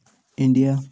India